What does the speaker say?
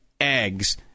eggs